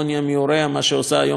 מה שעושה היום חברת החשמל,